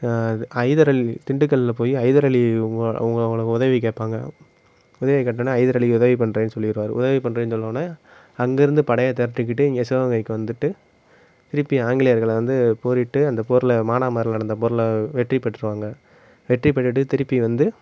இது ஹைதர் அலி திண்டுக்கல்ல போய் ஹைதர் அலி இவங்க இவங்க அவங்கள உதவி கேட்பாங்க உதவி கேட்டோன்னே ஹைதர் அலி உதவி பண்ணுறேன்னு சொல்லிடுவாரு உதவி பண்ணுறேன்னு சொன்னோடன்னே அங்கேருந்து படைய திரட்டிக்கிட்டு இங்கே சிவகங்கைக்கு வந்துட்டு திருப்பி ஆங்கிலேயர்களை வந்து போரிட்டு அந்த போர்ல மானா மதுரையில் நடந்த போர்ல வெற்றி பெற்றுவாங்கள் வெற்றி பெற்றுட்டு திருப்பி வந்து